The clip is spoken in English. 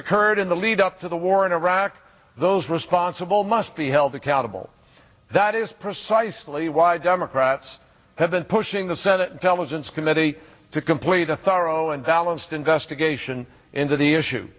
occurred in the lead up to the war in iraq those responsible must be held accountable that is precisely why democrats have been pushing the senate intelligence committee to complete a thorough and balanced investigation into the issue